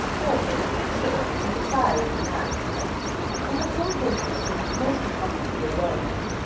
all things considered, in desiring the match and the whole business seemed most comfortably arranged.